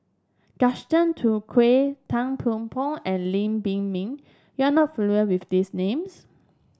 Gaston Dutronquoy Tang Thiam Poh and Lam Pin Min you are not familiar with these names